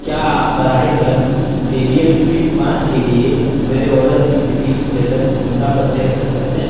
کیا آپ براہِ کرم جے بی ایل فلپ پانچ کے لیے میرے آرڈر کی شپنگ اسٹیٹس منترا پر چیک کر سکتے ہیں